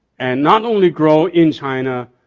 and not only grow in china,